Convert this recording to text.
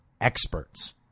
experts